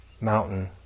mountain